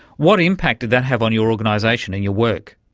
what impact did that have on your organisation and your work?